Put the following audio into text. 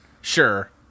Sure